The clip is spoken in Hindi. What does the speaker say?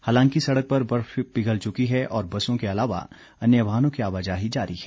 हालांकि सड़क पर बर्फ पिघल चुकी है और बसों के अलावा अन्य वाहनों की आवाजाही जारी है